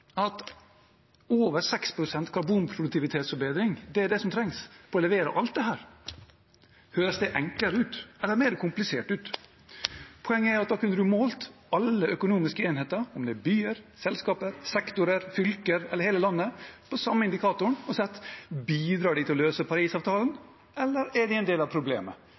som trengs for å levere alt dette, høres det enklere eller mer komplisert ut? Poenget er at da kunne man målt alle økonomiske enheter, om det er byer, selskaper, sektorer, fylker eller hele landet, på samme indikatoren og sett: Bidrar de til å løse Parisavtalen, eller er de en del av problemet?